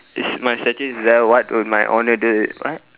is my statue is there what would my honour do what